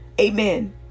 amen